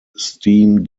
steam